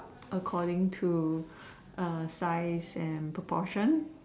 according to size and proportion